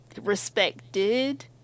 Respected